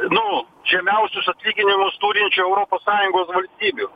nu žemiausius atlyginimus turinčių europos sąjungos valstybių